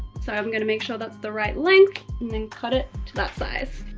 so i'm going to make sure that's the right length and then cut it to that size